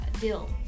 deal